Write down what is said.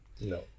no